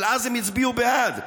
אבל אז הם הצביעו בעד.